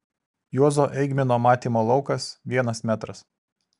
juozo eigmino matymo laukas vienas metras